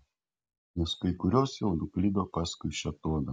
nes kai kurios jau nuklydo paskui šėtoną